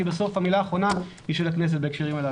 כי בסוף המילה האחרונה היא של הכנסת בהקשרים הללו.